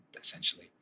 essentially